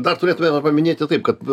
dar turėtumėme paminėti taip kad